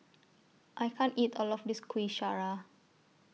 I can't eat All of This Kuih Syara